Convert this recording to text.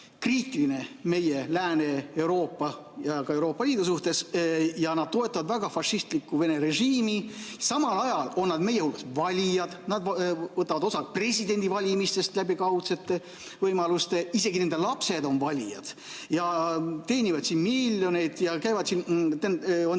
meisse, Lääne-Euroopasse ja ka Euroopa Liitu, ja nad toetavad väga fašistlikku Vene režiimi. Samal ajal on nad meil valijad, nad võtavad osa presidendivalimistest kaudsete võimalustega, isegi nende lapsed on valijad. Nad teenivad siin miljoneid ja on siin